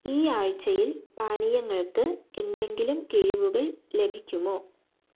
ഈ ആഴ്ച്ചയിൽ പാനീയങ്ങൾക്ക് എന്തെങ്കിലും കിഴിവുകൾ ലഭിക്കുമോ